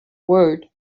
word